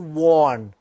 warn